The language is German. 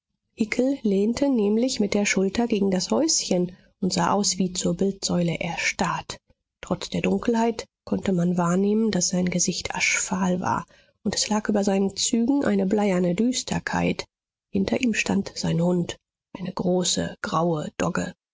lehnte nämlich mit der schulter gegen das häuschen und sah aus wie zur bildsäule erstarrt trotz der dunkelheit konnte man wahrnehmen daß sein gesicht aschfahl war und es lag über seinen zügen eine bleierne düsterkeit hinter ihm stand sein hund eine große graue dogge